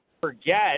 forget